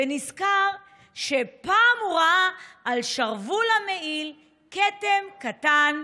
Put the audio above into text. ונזכר שפעם הוא ראה על שרוול המעיל כתם קטן,